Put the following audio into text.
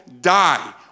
die